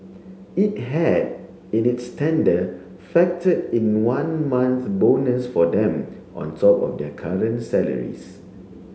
it had in its tender factor in one month bonus for them on top of their current salaries